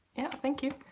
thank you.